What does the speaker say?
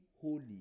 holy